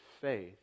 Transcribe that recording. faith